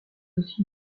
aussi